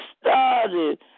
started